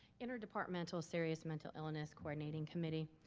interdepartmental serious mental illness coordinating committee.